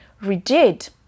rigid